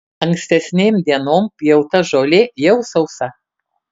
ankstesnėm dienom pjauta žolė jau sausa